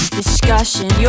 discussion